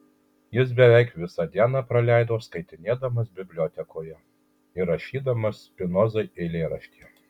jis beveik visą dieną praleido skaitinėdamas bibliotekoje ir rašydamas spinozai eilėraštį